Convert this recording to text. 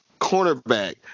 Cornerback